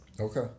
Okay